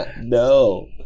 No